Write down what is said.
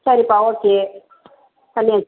சரிப்பா ஓகே